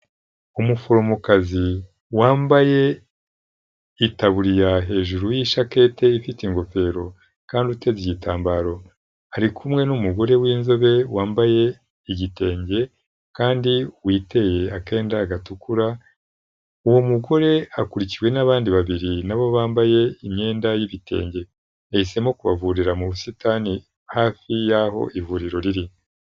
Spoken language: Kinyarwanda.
Umuforomokazi wambaye itaburiya hejuru yishaketi ifite ingofero kandi uteze igitambaro. Ari kumwe n'umugore w'inzobe wambaye igitenge kandi witeye akenda gatukura, uwo mugore akurikiwe n'abandi babiri nabo bambaye imyenda y'ibitenge. Yahisemo kubavurira mu busitani hafi y'aho ivuriro riri.